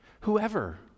whoever